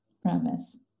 Promise